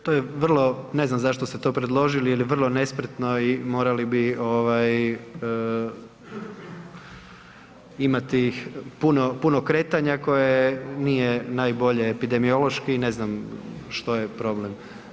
To je vrlo, ne znam zašto ste to predložili jer je vrlo nespretno i morali bi imati puno kretanja koje nije najbolje epidemiološki i ne znam što je problem.